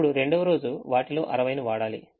ఇప్పుడు రెండవ రోజు వాటిలో 60 ని వాడాలి